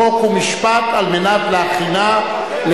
חוק ומשפט נתקבלה.